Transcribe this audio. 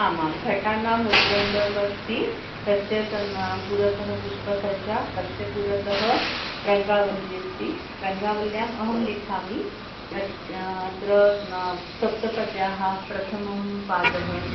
आमां घटानाम् उद्रण्डमस्ति तस्य सं पुरतः पुष्पसज्जा तस्य पुरतः रङ्गवल्ली अस्ति रङ्गवल्याम् अहं लिखामि यत् अत्र न सप्तपद्याः प्रथमं पादः